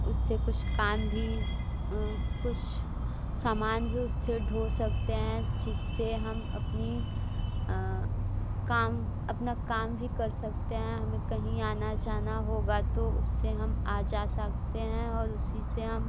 उससे कुछ काम भी कुछ सामान भी उससे ढो सकतें हैं जिससे हम अपनी काम अपना काम भी कर सकतें हैं हमें कहीं आना जाना होगा तो उससे हम आ जा सकतें हैं और उसी से हम